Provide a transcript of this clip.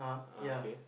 uh okay